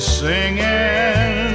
singing